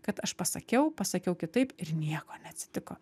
kad aš pasakiau pasakiau kitaip ir nieko neatsitiko